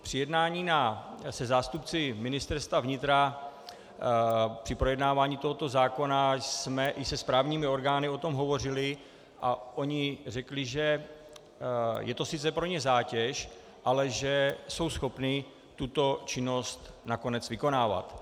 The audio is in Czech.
Při jednání se zástupci Ministerstva vnitra při projednávání tohoto zákona jsme i se správními orgány o tom hovořili a oni řekli, že je to sice pro ně zátěž, ale že jsou schopni tuto činnost nakonec vykonávat.